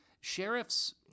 sheriffs